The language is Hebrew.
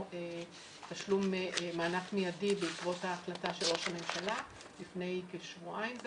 תשלום מענק מיידי בעקבות ההחלטה של ראש הממשלה לפני כשבועיים.